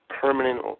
permanent